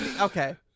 Okay